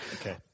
Okay